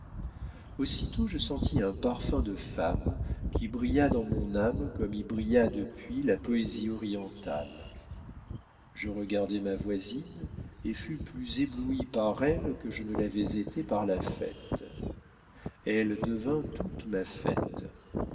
aussitôt je sentis un parfum de femme qui brilla dans mon âme comme y brilla depuis la poésie orientale je regardai ma voisine et fus plus ébloui par elle que je ne l'avais été par la fête elle devint toute ma fête